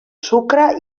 sucre